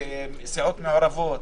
בסיעות מעורבות,